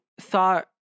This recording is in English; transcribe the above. thought